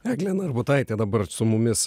eglė narbutaitė dabar su mumis